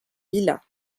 lilas